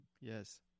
Yes